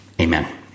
Amen